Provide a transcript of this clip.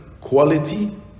quality